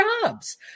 jobs